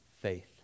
faith